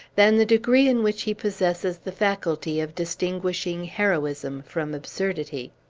than the degree in which he possesses the faculty of distinguishing heroism from absurdity.